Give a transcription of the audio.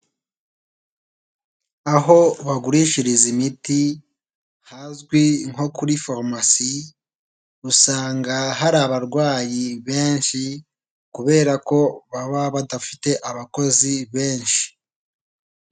Aho bagurishiriza imiti hazwi nko kuri farumasi usanga hari abarwayi benshi kubera ko baba badafite abakozi benshi.